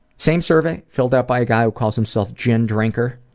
same survey, filled out by a guy who calls himself gin drinker.